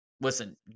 listen